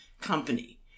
Company